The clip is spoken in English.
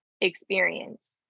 experience